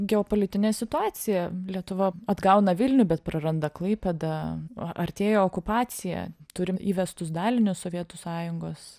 geopolitinė situacija lietuva atgauna vilnių bet praranda klaipėdą a artėja okupacija turim įvestus dalinius sovietų sąjungos